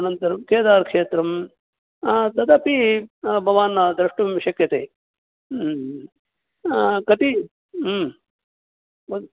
अनन्तरं केदारक्षेत्रं तदपि भवान् द्रष्टुं शक्यते कति वद्